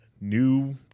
new